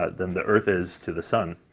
ah than the earth is to the sun.